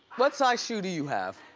what size shoe do you have?